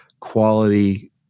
quality